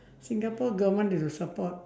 singapore government they will support